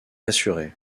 assuré